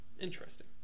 Interesting